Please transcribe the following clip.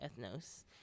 ethnos